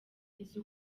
izi